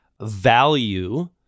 value